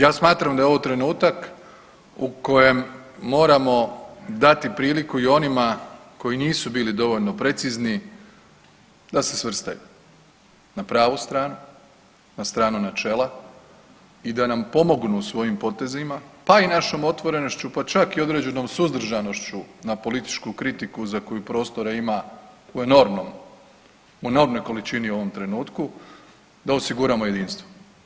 Ja smatram da je ovo trenutak u kojem moramo dati priliku i onima koji nisu bili dovoljno precizni da se svrstaju na pravu stranu, na stranu načela i da nam pomognu svojim potezima, pa i našom otvorenošću, pa čak i određenom suzdržanošću na političku kritiku za koju prostora ima u enormnom, u enormnoj količini u ovom trenutku da osiguramo jedinstvo.